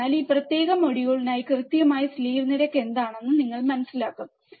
അതിനാൽ ഈ പ്രത്യേക മൊഡ്യൂളിനായി കൃത്യമായി സ്ലീവ്നിരക്ക് എന്താണെന്ന് ഞങ്ങൾ മനസിലാക്കും